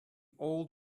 old